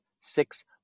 six